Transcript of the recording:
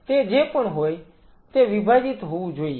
તે જે પણ હોય તે વિભાજીત હોવું જોઈએ